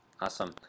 Awesome